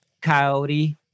Coyote